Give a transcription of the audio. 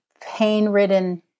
pain-ridden